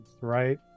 right